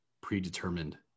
predetermined